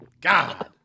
god